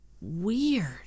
weird